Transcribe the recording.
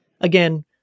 Again